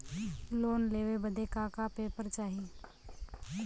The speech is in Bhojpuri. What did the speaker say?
लोन लेवे बदे का का पेपर चाही?